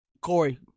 Corey